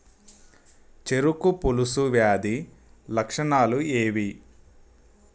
చెరుకు పొలుసు వ్యాధి లక్షణాలు ఏవి?